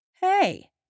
Hey